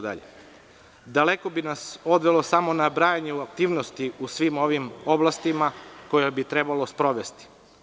Daleko bi nas odvelo samo nabrajanje u aktivnosti u svim ovim oblastima koje bi trebalo sprovesti.